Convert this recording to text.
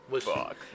Fuck